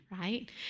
right